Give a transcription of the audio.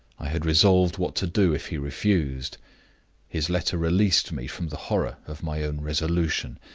i had resolved what to do if he refused his letter released me from the horror of my own resolution.